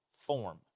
form